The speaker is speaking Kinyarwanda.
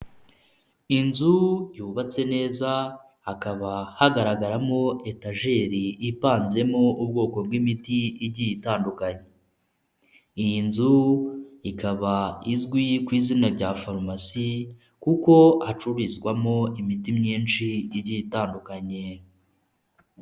Inzu yubatse neza hakaba hagaragaramo etajeri ipanzemo ubwoko bw'imiti igiye itandutanye. Iyi nzu ikaba izwi ku izina rya farumasi kuko hacururizwamo imiti myinshi igiye itandukanye.